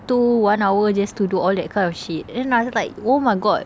two one hour just to do all that kind of shit and I was like oh my god